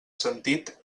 sentit